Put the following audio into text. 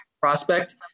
prospect